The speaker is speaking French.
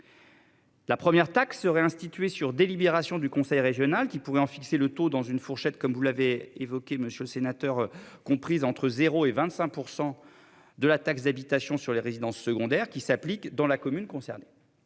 La première tac serait institué sur délibération du conseil régional qui pouvaient en fixer le taux dans une fourchette comme vous l'avez évoqué, monsieur le sénateur comprise entre 0 et 25% de la taxe d'habitation sur les résidences secondaires qui s'applique dans la commune concernée.